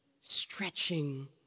stretching